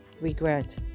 regret